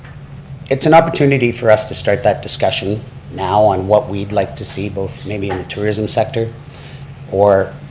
it's an opportunity for us to start that discussion now on what we'd like to see, both maybe in the tourism sector or